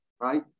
right